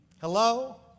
Hello